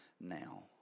now